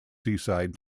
seaside